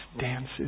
dances